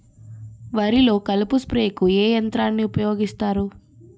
వరిలో కలుపు స్ప్రేకు ఏ యంత్రాన్ని ఊపాయోగిస్తారు?